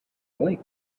going